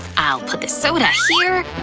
i'll put the soda here